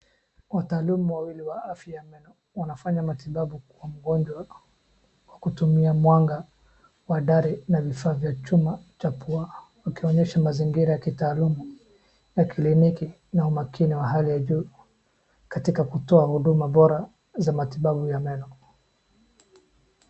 Wataalumu wawili wa afya ya meno wanafanya matibabu kwa mgonjwa kwa kutumia mwanga wa dari na vifaa vya chuma cha pua. Wakionyesha mazingira ya kitaalumu ya kliniki na umakini wa hali ya juu katika kutoa huduma bora za matibabu ya meno.